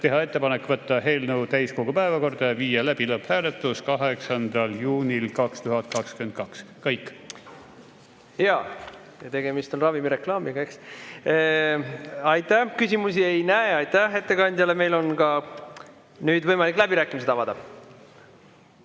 teha ettepanek võtta eelnõu täiskogu päevakorda ja viia läbi lõpphääletus 8. juunil 2022. Kõik. Jaa, ja tegemist on ravimireklaamiga, eks? Aitäh! Küsimusi ei näe. Aitäh ettekandjale! Meil on ka nüüd võimalik läbirääkimised avada.